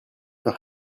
par